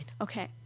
Okay